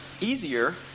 easier